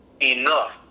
enough